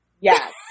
Yes